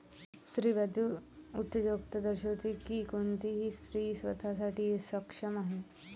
स्त्रीवादी उद्योजकता दर्शविते की कोणतीही स्त्री स्वतः साठी सक्षम आहे